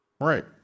right